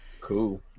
cool